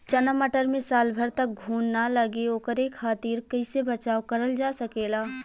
चना मटर मे साल भर तक घून ना लगे ओकरे खातीर कइसे बचाव करल जा सकेला?